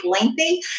lengthy